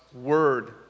word